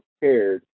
prepared